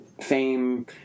fame